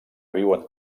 viuen